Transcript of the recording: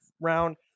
round